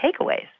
takeaways